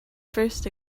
first